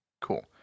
Cool